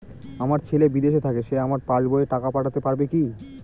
আমার ছেলে বিদেশে থাকে সে আমার পাসবই এ টাকা পাঠাতে পারবে কি?